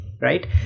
right